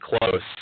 close